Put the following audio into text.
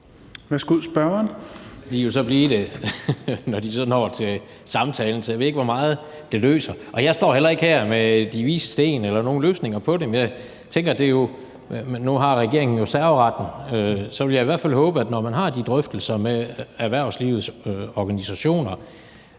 Det kan de jo så blive, når de så når til samtalen. Så jeg ved ikke, hvor meget det løser. Jeg står heller ikke her med de vises sten eller nogen løsninger på det. Men nu har regeringen jo serveretten, og så vil jeg i hvert fald håbe, at man, når man har de drøftelser med erhvervslivets organisationer,